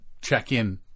check-in